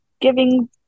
giving